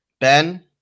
Ben